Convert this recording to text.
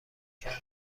کردم